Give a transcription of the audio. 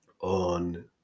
on